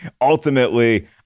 ultimately